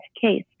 case